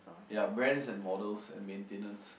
ya brands and models and maintenance